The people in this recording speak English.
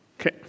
Okay